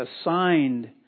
assigned